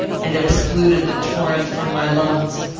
and excluded the torrent from my lungs.